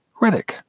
Riddick